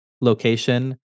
location